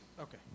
Okay